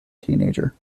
teenager